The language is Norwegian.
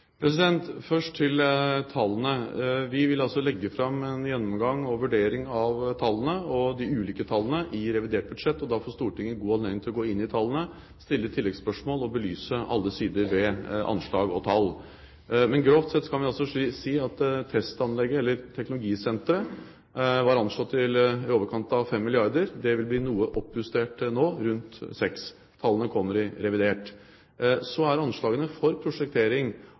Først til tallene: Vi vil altså legge fram en gjennomgang og vurdering av de ulike tallene i revidert budsjett. Da får Stortinget god anledning til å gå inn i tallene, stille tilleggsspørsmål og belyse alle sider ved anslag og tall. Men grovt sett kan vi altså si at testanlegget, eller teknologisenteret, var anslått til i overkant av 5 milliarder kr. Det vil bli noe oppjustert nå, rundt 6 milliarder kr. Tallene kommer i revidert. Så er anslagene for prosjektering